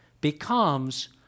becomes